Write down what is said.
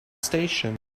station